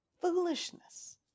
foolishness